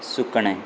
सुकणें